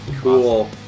Cool